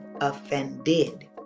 offended